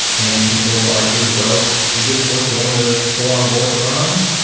and people will argue well is this worth going to following war with iran.